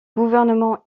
gouvernements